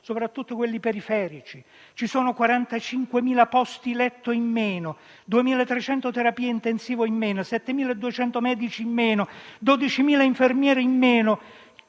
soprattutto quelli periferici; ci sono 45.000 posti letto in meno, 2.300 terapie intensive in meno, 7.200 medici in meno, 12.000 infermieri in meno